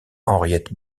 henriette